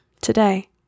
today